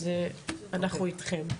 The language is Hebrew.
אנחנו איתכם.